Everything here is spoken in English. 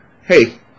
Hey